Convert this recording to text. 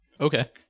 Okay